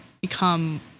become